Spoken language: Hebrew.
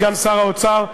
סגן שר האוצר,